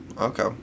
Okay